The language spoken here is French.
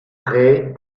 pré